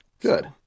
Good